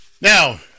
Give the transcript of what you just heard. Now